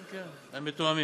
כן, כן, הם מתואמים.